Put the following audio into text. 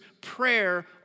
prayer